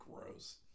Gross